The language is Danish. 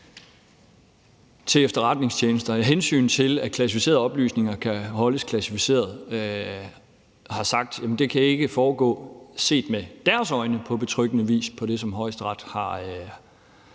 til efterretningstjenesterne og af hensyn til, at klassificerede oplysninger kan holdes klassificerede, har sagt, at det set med deres øjne ikke kan foregå på betryggende vis i forhold til det, som Højesteret har afsagt